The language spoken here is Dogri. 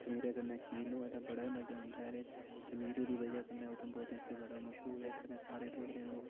खमीरे कन्नै खीरन होऐ ते बड़ा ई मज़ा औंदा ऐ ते खमीरे दी बजह् कन्नै उधमपुर डिस्ट्रिक्ट बड़ा मशहूर ऐ इ'त्थें दे सारे डोगरा लोग